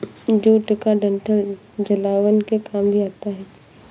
jute का डंठल जलावन के काम भी आता है